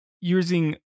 using